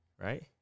right